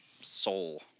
soul